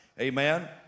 Amen